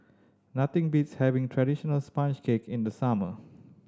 nothing beats having traditional sponge cake in the summer